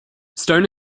stone